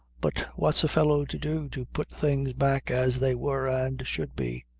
but what's a fellow to do to put things back as they were and should be.